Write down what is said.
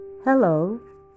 Hello